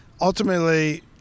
ultimately